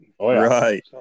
Right